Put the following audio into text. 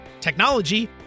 technology